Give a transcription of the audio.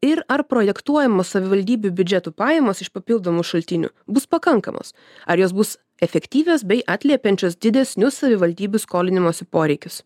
ir ar projektuojamos savivaldybių biudžetų pajamos iš papildomų šaltinių bus pakankamos ar jos bus efektyvios bei atliepiančios didesnius savivaldybių skolinimosi poreikius